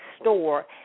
store